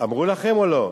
אמרו לכם או לא?